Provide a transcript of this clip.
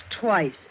twice